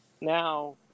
now